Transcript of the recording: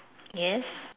yes